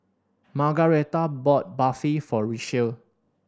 Margaretha bought Barfi for Richelle